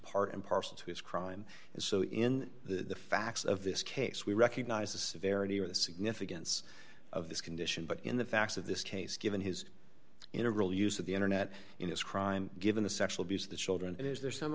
part and parcel to his crime and so in the facts of this case we recognize the severity of the significance of this condition but in the facts of this case given his integral use of the internet in this crime given the sexual abuse of the children it is there's some